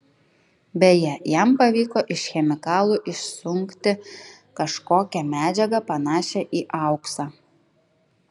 beje jam pavyko iš chemikalų išsunkti kažkokią medžiagą panašią į auksą